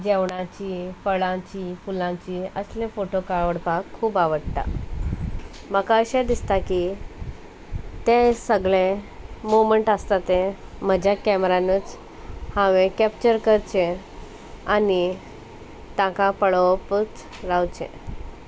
जेवणाची फळांची फुलांची असले फोटो काडपाक खूब आवडटा म्हाका अशें दिसता की ते सगळे मुवमंट आसता ते म्हज्या कॅमरानूच हांवें कॅप्चर करचे आनी तांकां पळोवपूच रावचें